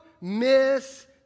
miss